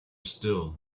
still